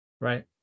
right